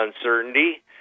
uncertainty